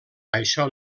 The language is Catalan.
això